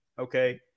okay